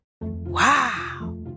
Wow